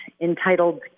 entitled